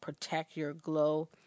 protectyourglow